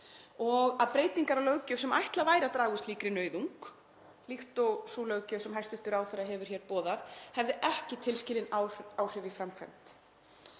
og að breytingar á löggjöf sem ætlað væri að draga úr slíkri nauðung, líkt og sú löggjöf sem hæstv. ráðherra hefur hér boðað, hefðu ekki tilskilin áhrif í framkvæmd.